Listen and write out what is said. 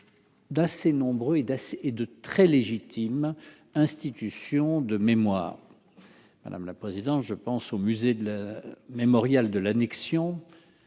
d'assez nombreux et d'acier et de très légitime, institutions, de mémoire, madame la présidente, je pense au musée d'le mémorial de l'annexion